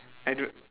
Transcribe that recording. I don't